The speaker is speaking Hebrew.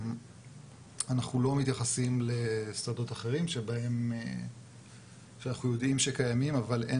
אנחנו לא מתייחסים לשדות אחרים שאנחנו יודעים שקיימים אבל אין